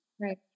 Right